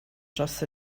dros